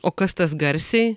o kas tas garsiai